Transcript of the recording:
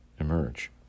emerge